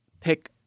pick